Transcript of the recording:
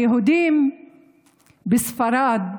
היהודים בספרד,